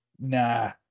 Nah